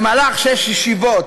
בשש הישיבות